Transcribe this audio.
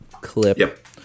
clip